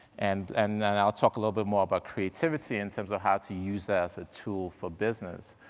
and and then i'll talk a little bit more about creativity in terms of how to use that as a tool for business.